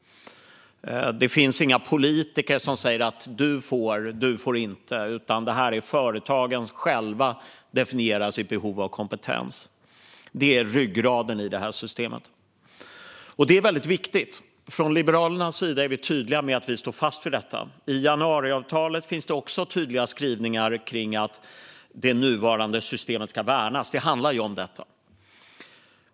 Det finns inga politiker som säger: "Du får, och du får inte", utan det är företagen själva som definierar sitt behov av kompetens. Detta är ryggraden i systemet, och det är viktigt. Från Liberalernas sida är vi tydliga med att vi står fast vid detta. I januariavtalet finns det också tydliga skrivningar om att det nuvarande systemet ska värnas. Det handlar om detta.